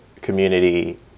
community